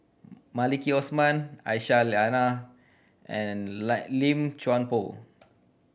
Maliki Osman Aisyah Lyana and Lim Chuan Poh